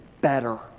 better